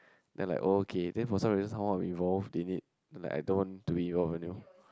then like oh okay then for some reason somehow I'm involved in it then like I don't want to involve anymore